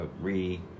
Re